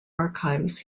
archives